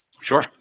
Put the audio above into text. Sure